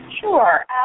Sure